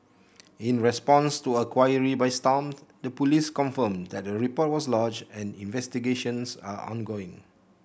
in response to a query by Stomp the police confirmed that a report was lodged and investigations are ongoing